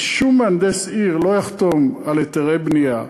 כי שום מהנדס עיר לא יחתום על היתרי בנייה,